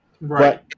Right